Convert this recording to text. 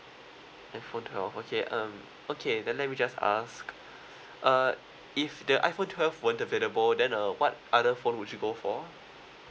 iphone twelve okay um okay then let me just ask uh if the iphone twelve weren't available then uh what other phone would you go for